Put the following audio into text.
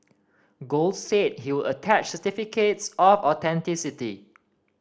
Gold said he would attach certificates of authenticity